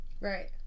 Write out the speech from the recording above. Right